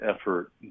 effort